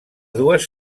dues